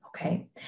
okay